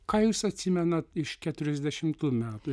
ką jūs atsimenat iš keturiasdešimtų metų